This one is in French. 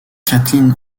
kathleen